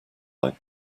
like